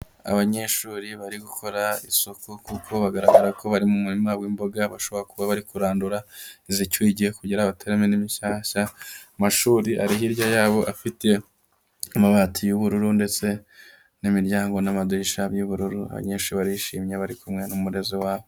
Abanyeshuri bari gukora isuku, kuko bagaragara ko bari mu murima w'imboga, bashobora kuba bari kurandura izicyuye igihe, kugira bateremo indi mishyashya, amashuri ari hirya yabo, afite amabati y'ubururu, ndetse n'imiryango n'amadirisha by'ubururu, abanyeshuri barishimye, bari kumwe n'umurezi wabo.